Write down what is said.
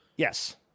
Yes